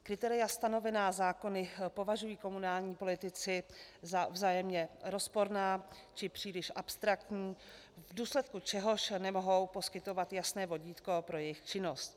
Kritéria stanovená zákony považují komunální politici za vzájemně rozporná či příliš abstraktní, v důsledku čehož nemohou poskytovat jasné vodítko pro jejich činnost.